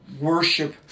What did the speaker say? worship